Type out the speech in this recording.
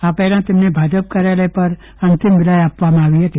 આ પહેલાં તેમને ભાજપ કાર્યાલય પર અંતિમ વિદાય આપવામાં આવી હતી